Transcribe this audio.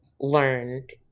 learned